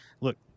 Look